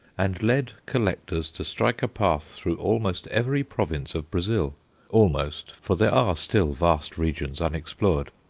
and led collectors to strike a path through almost every province of brazil almost, for there are still vast regions unexplored.